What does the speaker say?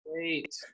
wait